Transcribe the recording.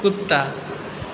कुत्ता